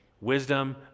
Wisdom